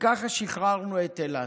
וככה שחררנו את אילת.